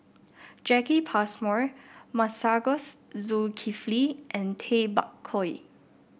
Jacki Passmore Masagos Zulkifli and Tay Bak Koi